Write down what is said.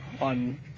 on